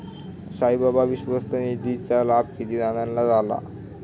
साईबाबा विश्वस्त निधीचा लाभ किती जणांना झाला?